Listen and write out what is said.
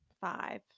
Five